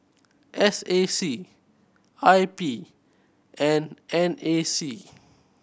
S A C I P and N A C